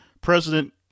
President